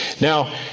Now